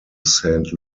saint